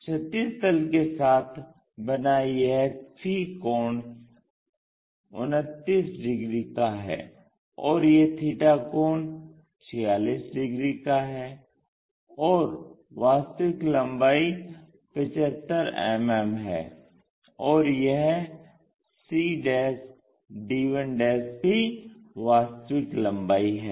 क्षैतिज तल के साथ बना यह फी कोण 29 डिग्री का है और यह थीटा कोण 46 डिग्री का है और वास्तविक लम्बाई 75 मिमी है और यह cd1 भी वास्तविक लम्बाई है